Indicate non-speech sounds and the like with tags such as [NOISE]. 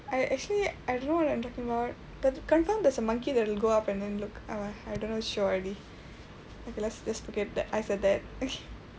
I actually I don't know what I'm talking about but the confirmed there's a monkey there you go up and then look !aiya! I dunno which show already okay let's let's forget that I said that [LAUGHS]